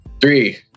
Three